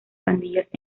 pandillas